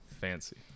fancy